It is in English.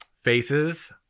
Faces